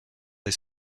des